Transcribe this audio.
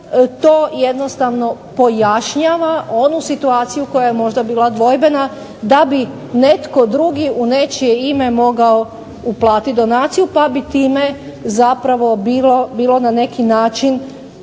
to jednostavno pojašnjava onu situaciju koja je možda bila dvojbena da bi netko drugi u nečije ime mogao uplatiti donaciju pa bi time zapravo bilo na neki način